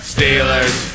Steelers